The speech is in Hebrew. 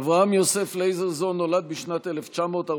אברהם יוסף לייזרזון נולד בשנת 1943,